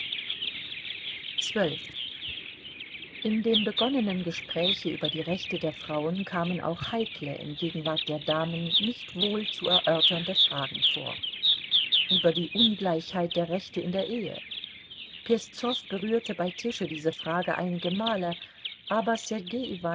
in dem begonnenen gespräche über die rechte der frauen kamen auch heikle in gegenwart der damen nicht wohl zu erörternde fragen vor über die ungleichheit der rechte in der ehe peszow berührte bei tische diese fragen einige male aber